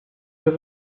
per